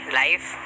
life